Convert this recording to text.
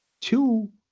Two